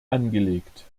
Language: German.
angelegt